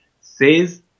says